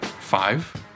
Five